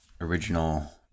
original